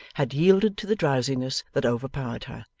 had yielded to the drowsiness that overpowered her,